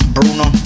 Bruno